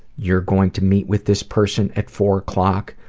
you're going to meet with this person at four o'clock.